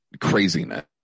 craziness